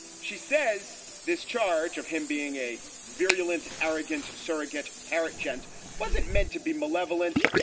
she says this charge of him being a virulent, arrogant surrogate parrot gent wasn't meant to be malevolent,